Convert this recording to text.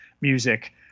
music